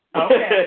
Okay